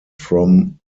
from